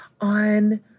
on